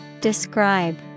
Describe